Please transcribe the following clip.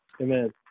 Amen